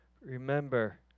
Remember